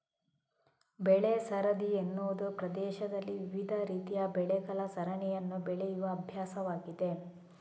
ಬೆಳೆ ಸರದಿ ಎನ್ನುವುದು ಪ್ರದೇಶದಲ್ಲಿ ವಿವಿಧ ರೀತಿಯ ಬೆಳೆಗಳ ಸರಣಿಯನ್ನು ಬೆಳೆಯುವ ಅಭ್ಯಾಸವಾಗಿದೆ